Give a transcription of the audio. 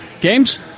Games